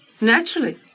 Naturally